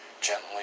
gently